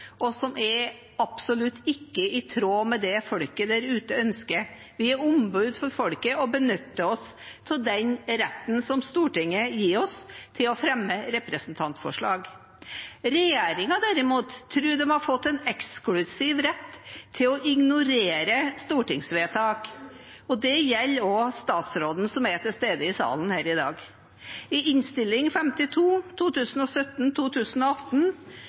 feil, og som absolutt ikke er i tråd med det som folket der ute ønsker. Vi er ombud for folket og benytter oss av den retten som Stortinget gir oss, til å fremme representantforslag. Regjeringen derimot tror de har fått en eksklusiv rett til å ignorere stortingsvedtak, og det gjelder også statsråden, som er til stede her i salen i dag. I Innst. 52